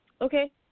okay